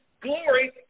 glory